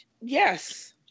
Yes